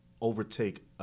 overtake